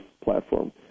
platform